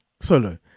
Solo